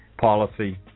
policy